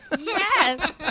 Yes